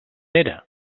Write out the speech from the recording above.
era